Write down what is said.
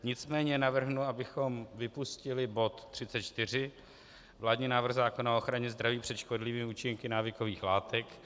Nicméně navrhnu, abychom vypustili bod 34, vládní návrh zákona o ochraně zdraví před škodlivými účinky návykových látek.